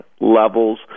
levels